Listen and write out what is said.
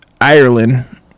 Ireland